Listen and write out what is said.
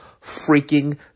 freaking